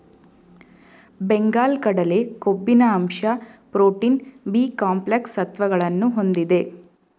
ಬೆಂಗಲ್ ಕಡಲೆ ಕೊಬ್ಬಿನ ಅಂಶ ಪ್ರೋಟೀನ್, ಬಿ ಕಾಂಪ್ಲೆಕ್ಸ್ ಸತ್ವಗಳನ್ನು ಹೊಂದಿದೆ